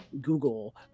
google